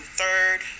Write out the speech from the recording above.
third